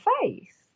face